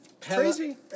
Crazy